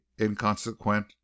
inconsequent